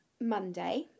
monday